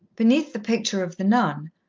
beneath the picture of the nun,